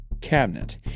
Cabinet